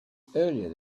earlier